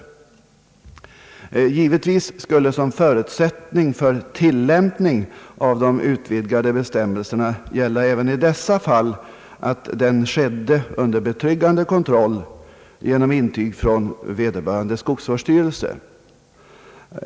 Givetvis skulle även i dessa fall som förutsättning för tillämpning av de utvidgade bestämmelserna gälla att den skedde under betryggande kontroll genom intyg från vederbörande skogsvårdsstyrelse.